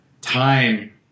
time